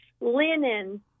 linen